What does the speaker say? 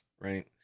right